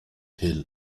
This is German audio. hill